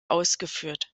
ausgeführt